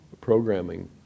programming